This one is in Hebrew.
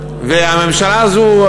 והממשלה הזו,